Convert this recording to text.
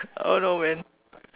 I don't know man